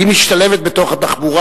היא משתלבת בתוך התחבורה.